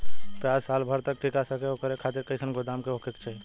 प्याज साल भर तक टीका सके ओकरे खातीर कइसन गोदाम होके के चाही?